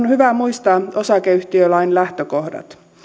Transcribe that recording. hyvä muistaa osakeyhtiölain lähtökohdat